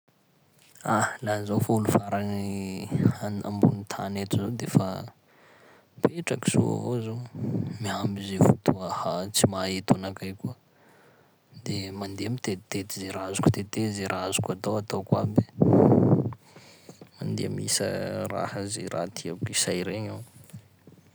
Ah! Laha zaho fô olo farany an- ambony tany eto zao de fa petraky soa avao zaho, miamby zay fotoa haha-tsy maheto anakay koa, de mande mitetitety zay ra azoko tetezy, zay ra azoko atao ataoko aby, mandeha misa raha zay raha tiako hisay regny aho.